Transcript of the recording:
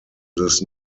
this